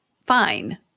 fine